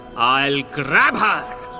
i'll grab her!